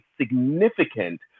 significant